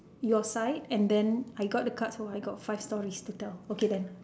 your side and then I got the cards so I got five stories to tell okay then